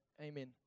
amen